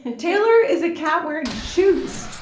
and taylor is a cat wearing shoes.